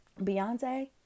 Beyonce